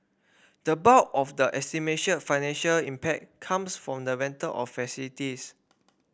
the bulk of the financial impact comes from the rental of facilities